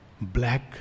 black